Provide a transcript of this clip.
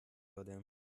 würde